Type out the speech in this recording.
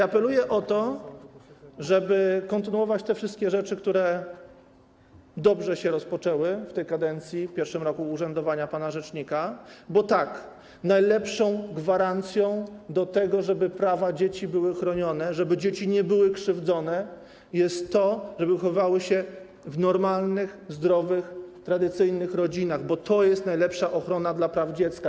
Apeluję o to, żeby kontynuować te wszystkie rzeczy, które dobrze się rozpoczęły w tej kadencji, w pierwszym roku urzędowania pana rzecznika, bo najlepszą gwarancją tego, żeby prawa dzieci były chronione, żeby dzieci nie były krzywdzone, jest to, żeby wychowały się w normalnych, zdrowych, tradycyjnych rodzinach, bo to jest najlepsza ochrona dla praw dziecka.